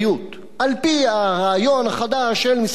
על-פי הרעיון החדש של משרד הביטחון,